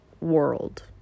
world